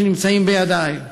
שנמצאים בידי.